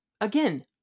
again